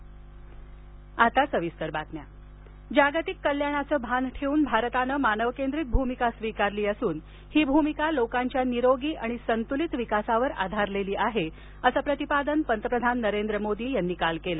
Ramchandra Mission जागतिक कल्याणाचं भान ठेवून भारतानं मानवकेंद्रित भूमिका अवलंबली असून ही भूमिका लोकांच्या निरोगी आणि संतूलित विकासावर आधारलेली आहे असं प्रतिपादन पंतप्रधान नरेंद्र मोदी यांनी काल केलं